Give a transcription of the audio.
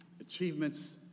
achievements